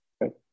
Right